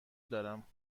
دارم